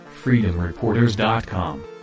FreedomReporters.com